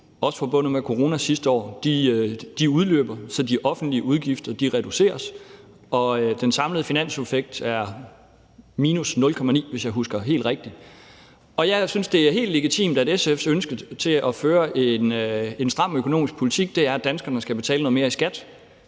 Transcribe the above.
også forbundet med corona, sidste år. De udløber, så de offentlige udgifter reduceres, og den samlede finanseffekt er på minus 0,9 pct., hvis jeg husker helt rigtigt. Jeg synes, at det er helt legitimt, at SF's ønske til at føre en stram økonomisk politik er, at danskerne skal betale noget mere i skat.